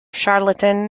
charlatan